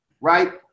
right